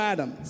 Adam